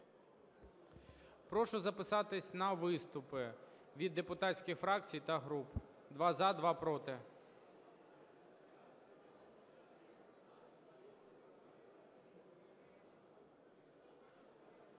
Прошу записатися на виступи від депутатських фракцій та груп: два – за, два – проти.